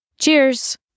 Cheers